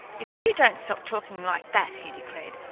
if you don't stop talking like that, he declared,